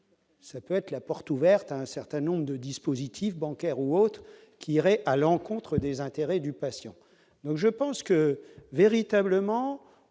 ça peut être la porte ouverte à un certain nombre de dispositifs bancaire ou autres qui irait à l'encontre des intérêts du patient, donc je pense que véritablement